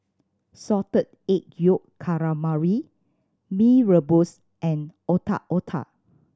Salted Egg Yolk Calamari Mee Rebus and Otak Otak